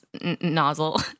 nozzle